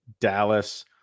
Dallas